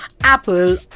Apple